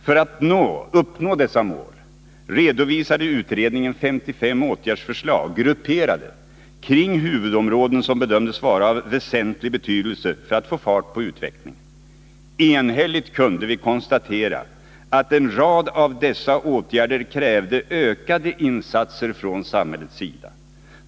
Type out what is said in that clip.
Utredningen redovisade 55 åtgärdsförslag för att uppnå dessa mål, och förslagen var grupperade kring några huvudområden som bedömdes vara av väsentlig betydelse för att få fart på utvecklingen. Enhälligt kunde vi konstatera att en rad av dessa åtgärder krävde ökade insatser från samhällets sida.